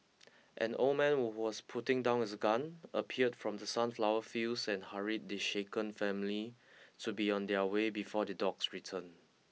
an old man who was putting down his gun appeared from the sunflower fields and hurried the shaken family to be on their way before the dogs return